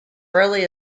rally